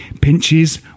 Pinches